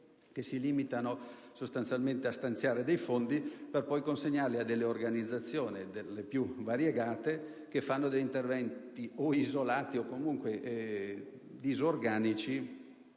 ci si limita sostanzialmente a stanziare dei fondi per poi consegnarli alle organizzazioni più variegate, che attuano interventi isolati o comunque disorganici,